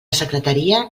secretaria